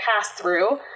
pass-through